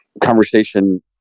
conversation